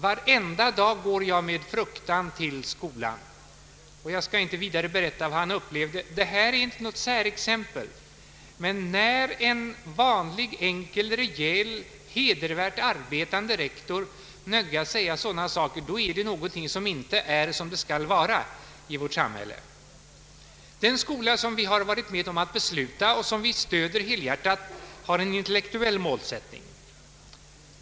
Varenda dag går jag med fruktan till skolan.” Jag skall inte vidare berätta vad han upplevde. Detta är inte något särexempel, men när en vanlig enkel, rejäl, hedervärt arbetande rektor nödgas säga sådana saker, då är det någonting som inte är som det skall vara i vårt samhälle. Den skola som vi har varit med om att besluta och som vi stöder helhjärtat har en intellektuell målsättning.